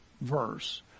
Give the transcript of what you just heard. verse